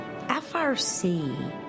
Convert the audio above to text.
FRC